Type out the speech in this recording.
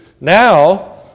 Now